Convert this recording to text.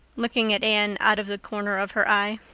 looking at anne out of the corner of her eye.